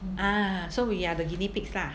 ah so we are the guinea pigs lah